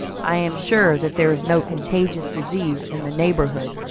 i am sure that there is no contagious disease in the neighborhood,